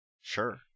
Sure